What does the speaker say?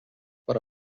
para